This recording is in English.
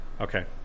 Okay